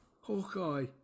Hawkeye